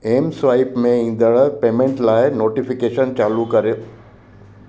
M swipe में ईंदड़ु payment लाइ नोटीफिकेशन चालू करियो